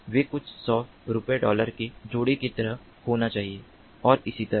वे कुछ सौ रुपये डॉलर के जोड़े की तरह होना चाहिए और इसी तरह